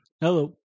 Hello